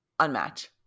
unmatch